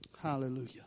Hallelujah